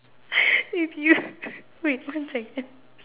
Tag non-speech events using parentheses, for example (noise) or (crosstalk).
if you (laughs) wait one second